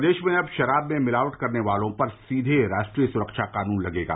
प्रदेश में अब शराब में मिलावट करने वालों पर सीधे राष्ट्रीय सुरक्षा कानून लगेगा